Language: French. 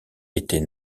était